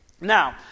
Now